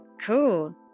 Cool